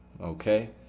okay